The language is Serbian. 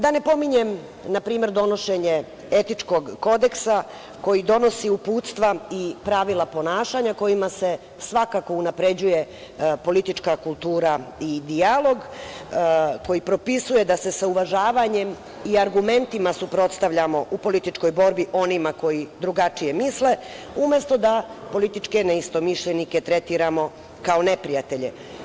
Da ne pominjem, na primer, donošenje etičkog kodeksa koji donosi uputstva i pravila ponašanja kojima se svakako unapređuje politička kultura i dijalog, koji propisuje da se sa uvažavanjem i argumentima suprotstavljamo u političkoj borbi onima koji drugačije misle umesto da političke neistomišljenike tretiramo kao neprijatelje.